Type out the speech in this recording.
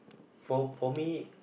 for for me